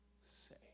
say